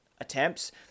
attempts